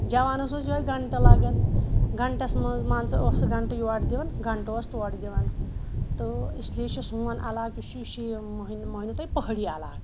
جوانَس اوس یوٚہَے گںٛٹہٕ لَگان گںٛٹَس منٛز مان ژٕ اوس سُہ گںٛٹہٕ یورٕ دِوان گںٛٹہٕ اوس تورٕ دِوان تہٕ اِسلیے چھِ سون علاقہٕ یُس چھِ یہِ چھِ یہِ مٲنِو تُہۍ پہٲڑی علاقہٕ